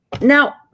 Now